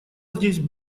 здесь